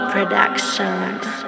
Productions